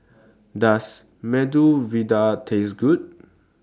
Does Medu Vada Taste Good